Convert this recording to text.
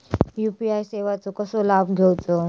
UPI सेवाचो कसो लाभ घेवचो?